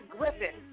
Griffin